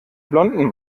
blonden